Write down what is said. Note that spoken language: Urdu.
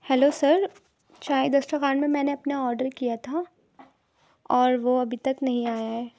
ہیلو سر چائے دسترخوان میں میں نے اپنا آڈر کیا تھا اور وہ ابھی تک نہیں آیا ہے